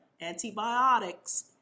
Antibiotics